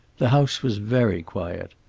the house was very quiet.